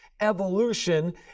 evolution